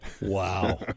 Wow